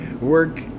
Work